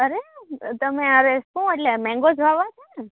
અરે તમે હવે શું એટલે મેંગો જ વાવવા છે ને